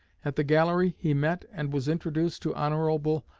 at the gallery he met and was introduced to hon.